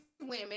women